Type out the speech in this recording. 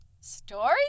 Story